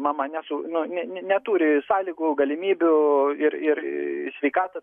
mama nes nu ne neturi sąlygų galimybių ir ir sveikatos